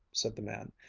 said the man.